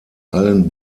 allen